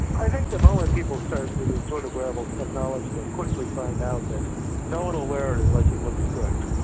ah think the moment people start with this sort of wearable technology, they quickly find out that no one will wear it unless it looks good,